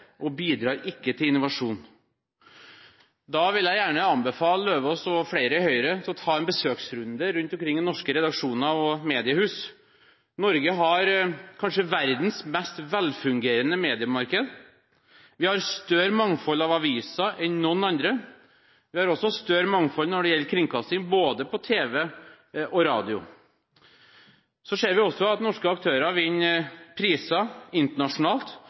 ikke bidrar til innovasjon. Da vil jeg gjerne anbefale Eidem Løvaas og flere i Høyre å ta en besøksrunde rundt omkring i norske redaksjoner og mediehus. Norge har kanskje verdens mest velfungerende mediemarked. Vi har større mangfold av aviser enn noen andre. Vi har også større mangfold når det gjelder kringkasting, både på tv og radio. Vi ser også at norske aktører vinner priser internasjonalt,